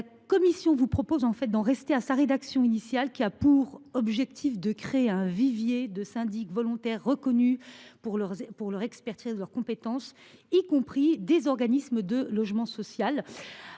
La commission propose d’en rester à sa rédaction initiale, qui a pour objectif de créer un vivier de syndics volontaires reconnus pour leur expertise et leurs compétences, y compris des organismes de logement social.